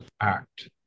act